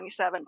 27